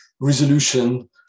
resolution